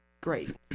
great